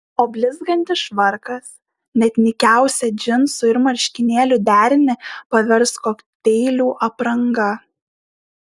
o blizgantis švarkas net nykiausią džinsų ir marškinėlių derinį pavers kokteilių apranga